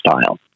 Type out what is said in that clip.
style